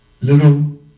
little